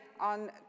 on